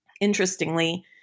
interestingly